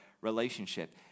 relationship